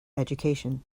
education